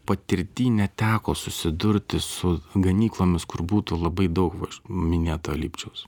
patirty neteko susidurti su ganyklomis kur būtų labai daug minėto lipčiaus